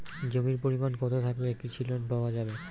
জমির পরিমাণ কতো থাকলে কৃষি লোন পাওয়া যাবে?